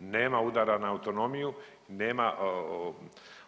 Nema udara na autonomiju, nema